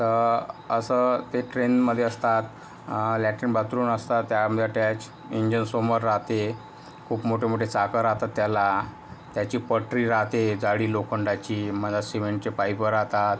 तर असं ते ट्रेनमध्ये असतात लॅट्रिन बाथरूम असतात त्यामधे अटॅच इंजिन समोर राहते खूप मोठे मोठे चाकं राहतात त्याला त्याची पटरी राहते जाडी लोखंडाची मध्यात सीमेंटचे पाईप राहतात